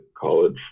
college